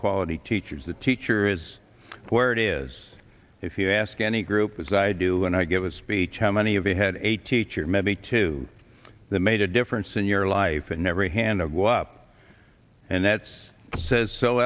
quality teachers the teacher is where it is if you ask any group as i do and i give a speech how many of you had a teacher maybe two the made a difference in your life and every hand of wop and that's says so